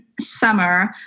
Summer